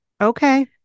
Okay